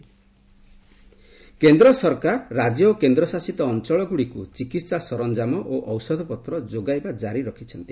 centre ଏଡ୍ କେନ୍ଦ୍ର ସରକାର ରାଜ୍ୟ ଓ କେନ୍ଦ୍ରଶାସିତ ଅଞ୍ଚଳଗୁଡ଼ିକୁ ଚିକିତ୍ସା ସରଞ୍ଜାମ ଓ ଔଷଧପତ୍ର ଯୋଗାଇବା ଜାରି ରଖିଛନ୍ତି